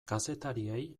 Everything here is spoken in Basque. kazetariei